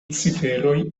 ciferoj